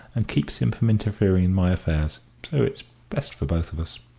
and keeps him from interfering in my affairs, so it's best for both of us.